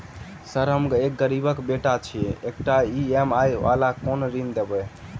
Sir हम गरीबक बेटा छी एकटा ई.एम.आई वला कोनो ऋण देबै?